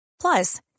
Plus